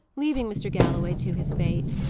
leaving mr. galloway to his fate.